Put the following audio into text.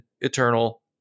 eternal